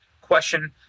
question